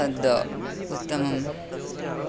तत् उत्तमम्